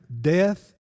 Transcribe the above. death